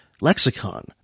lexicon